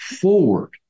forward